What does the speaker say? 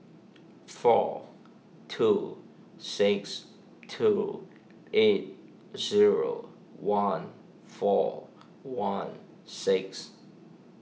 four two six two eight zero one four one six